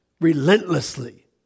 relentlessly